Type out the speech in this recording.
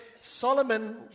Solomon